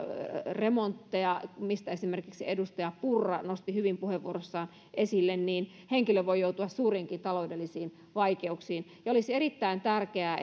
remontteja mitä esimerkiksi edustaja purra nosti hyvin puheenvuorossaan esille henkilö voi joutua suuriinkin taloudellisiin vaikeuksiin olisi erittäin tärkeää